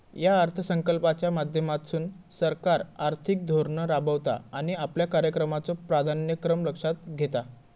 या अर्थसंकल्पाच्या माध्यमातसून सरकार आर्थिक धोरण राबवता आणि आपल्या कार्यक्रमाचो प्राधान्यक्रम लक्षात घेता